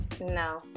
No